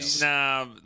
Nah